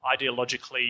ideologically